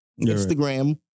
Instagram